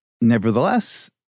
Nevertheless